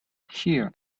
hear